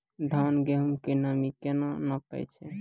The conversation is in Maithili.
धान, गेहूँ के नमी केना नापै छै?